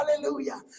hallelujah